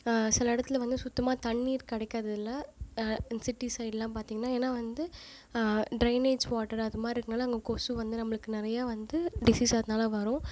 சில இடத்துல வந்து சுத்தமாக தண்ணீர் கெடைக்கறது இல்லை இந்த சிட்டி ஸைடுலாம் பார்த்திங்கன்னா ஏன்னா வந்து டிரைனேஜ் வாட்டர் அதுமாதிரி இருக்கிறதுனால அங்கே கொசு வந்து நம்மளுக்கு நிறையா வந்து டிசீஸ் அதனால வரும்